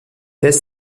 test